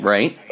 Right